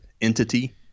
entity